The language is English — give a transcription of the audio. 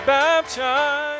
baptized